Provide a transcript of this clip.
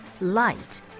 light